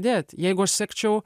dėt jeigu aš sekčiau